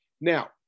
Now